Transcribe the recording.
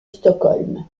stockholm